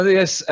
yes